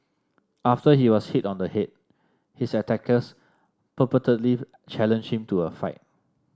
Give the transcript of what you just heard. after he was hit on the head his attackers purportedly challenged him to a fight